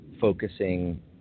focusing